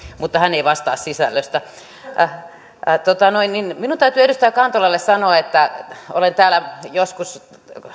mutta hän ei vastaa sisällöstä minun täytyy edustaja kantolalle sanoa että olen täällä joskus